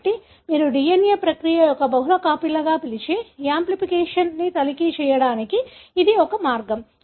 కాబట్టి మీరు DNA ప్రక్రియ యొక్క బహుళ కాపీలుగా పిలిచే యాంప్లిఫికేషన్ని తనిఖీ చేయడానికి ఇది ఒక మార్గం